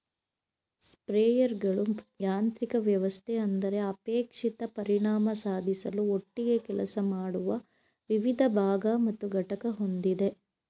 ಸ್ಪ್ರೇಯರ್ಗಳು ಯಾಂತ್ರಿಕ ವ್ಯವಸ್ಥೆ ಅಂದರೆ ಅಪೇಕ್ಷಿತ ಪರಿಣಾಮ ಸಾಧಿಸಲು ಒಟ್ಟಿಗೆ ಕೆಲಸ ಮಾಡುವ ವಿವಿಧ ಭಾಗ ಮತ್ತು ಘಟಕ ಹೊಂದಿದೆ